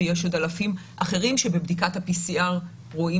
ויש עוד אלפים אחרים שבבדיקת ה-PCR רואים